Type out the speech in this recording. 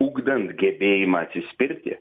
ugdant gebėjimą atsispirti